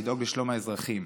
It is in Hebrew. או לדאוג לשלום האזרחים,